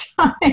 time